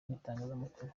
n’itangazamakuru